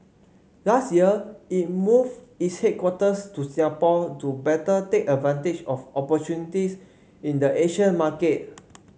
last year it moved its headquarters to Singapore to better take advantage of opportunities in the Asian market